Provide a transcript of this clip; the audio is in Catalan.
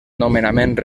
nomenament